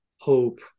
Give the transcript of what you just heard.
hope